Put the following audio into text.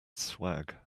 swag